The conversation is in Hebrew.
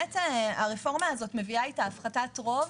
הרפורמה הזו מביאה אתה הפחתת רוב